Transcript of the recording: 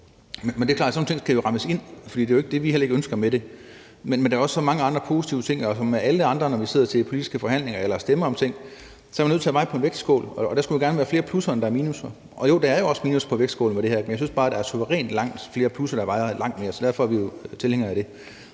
det. Det er klart, at sådan nogle ting skal rammes ind, for det er jo ikke det, vi ønsker med det. Men der er også mange positive ting, og som med alle mulige andre ting, når vi sidder til politiske forhandlinger eller stemmer om ting, er vi nødt til at veje tingene på en vægtskål, og der skal der gerne være flere plusser end minusser, og der er også et minus på vægtskålen ved det, men jeg synes bare, der er suverænt flere plusser, der vejer langt mere, så derfor er vi jo tilhængere af det.